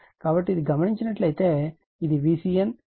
కాబట్టి ఇక్కడ గమనించినట్లైతే ఇది VCN ఇది VCN మరియు ఇది Ic